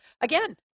Again